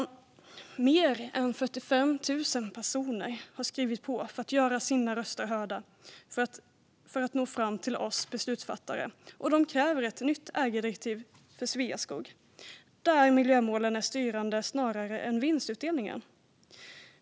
Fler än 45 000 personer har skrivit på för att göra sina röster hörda och för att nå fram till oss beslutsfattare. De kräver ett nytt ägardirektiv till Sveaskog där miljömålen snarare än vinstutdelningen är styrande.